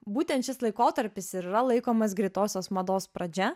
būtent šis laikotarpis ir yra laikomas greitosios mados pradžia